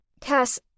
Cass